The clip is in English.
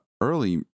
early